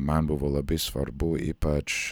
man buvo labai svarbu ypač